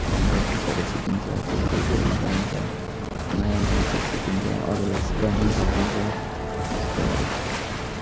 राम्रो चिजहरू सिकिन्छ केही केही गर्नु पाइन्छ नयाँ नयाँ चिज सिकिन्छ अरूलाई सिकाउनु पनि सकिन्छ यस्तैहरू